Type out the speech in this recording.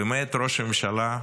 באמת, ראש הממשלה,